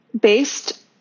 based